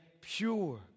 pure